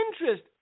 interest